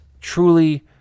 truly